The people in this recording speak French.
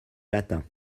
latin